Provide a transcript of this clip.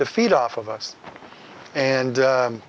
to feed off of us and